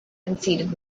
conceited